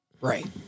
Right